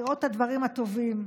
לראות את הדברים הטובים.